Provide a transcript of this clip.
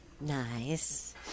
Nice